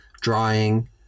drying